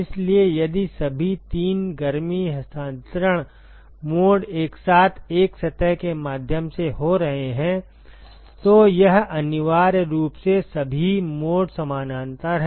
इसलिए यदि सभी तीन गर्मी हस्तांतरण मोड एक साथ एक सतह के माध्यम से हो रहे हैं तो यह अनिवार्य रूप से सभी मोड समानांतर में हैं